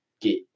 get